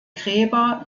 gräber